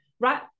Right